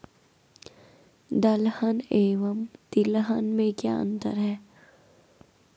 दलहन एवं तिलहन में क्या अंतर है?